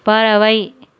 பறவை